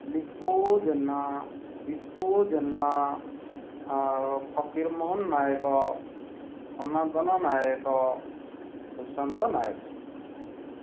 ଲିପୁ ଜେନା ଦିପୁ ଜେନା ଆଉ ଫକୀର ମୋହନ ନାୟକ ସନାତନ ନାୟକ ସୁଶାନ୍ତ ନାୟକ